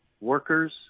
workers